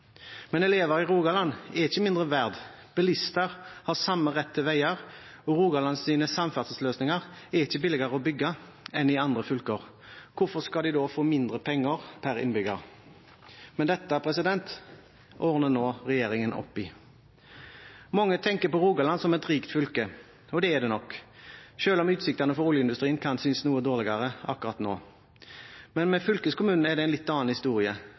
Men elever i Rogaland er ikke mindre verdt, bilister har samme rett til veier, og Rogalands samferdselsløsninger er ikke billigere å bygge enn samferdselsløsninger i andre fylker. Hvorfor skal de da få mindre penger per innbygger? Men dette ordner nå regjeringen opp i. Mange tenker på Rogaland som et rikt fylke, og det er det nok, selv om utsiktene for oljeindustrien kan synes noe dårligere akkurat nå. Men med fylkeskommunen er det en litt annen historie.